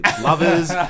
lovers